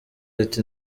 ati